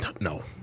No